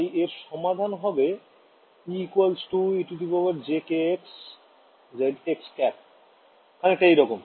তাই এর সমাধান হবে E ejkz z xˆ খানিকটা এইরকম